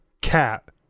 cat